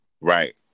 Right